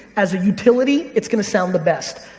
as a utility, it's going to sound the best.